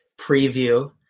preview